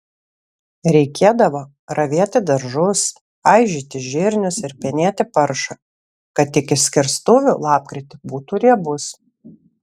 reikėdavo ravėti daržus aižyti žirnius ir penėti paršą kad iki skerstuvių lapkritį būtų riebus